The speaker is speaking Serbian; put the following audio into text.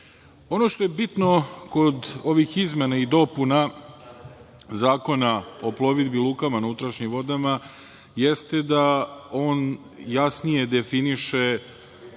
što je bitno kod ovih izmena i dopuna Zakona o plovidbi i lukama na unutrašnjim vodama jeste da on jasnije definiše